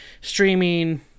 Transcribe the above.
streaming